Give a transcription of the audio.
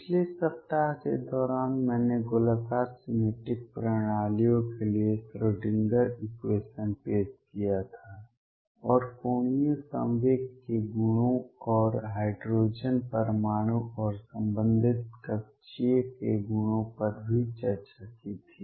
पिछले सप्ताह के दौरान मैंने गोलाकार सिमेट्रिक प्रणालियों के लिए श्रोडिंगर इक्वेशन पेश किया था और कोणीय संवेग के गुणों और हाइड्रोजन परमाणु और संबंधित कक्षीय के गुणों पर भी चर्चा की थी